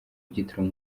byitiriwe